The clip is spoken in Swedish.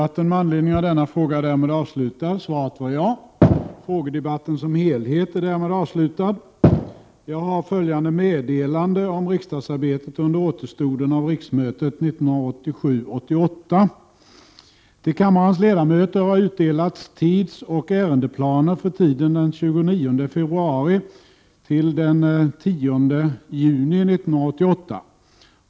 Till kammarens ledamöter har utdelats tidsoch ärendeplaner för tiden den 29 februari—den 10 juni 1988.